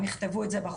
הם יכתבו את זה בחוזה?